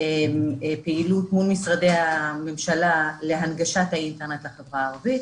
פעילות מול משרדי הממשלה להנגשת האינטרנט לחברה הערבית